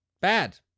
Bad